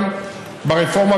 ברפורמה,